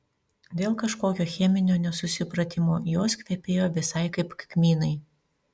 dėl kažkokio cheminio nesusipratimo jos kvepėjo visai kaip kmynai